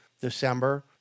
December